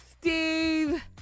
Steve